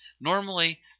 Normally